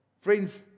Friends